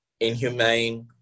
inhumane